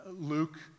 Luke